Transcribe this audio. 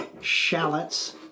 shallots